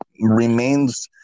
remains